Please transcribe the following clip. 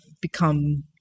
become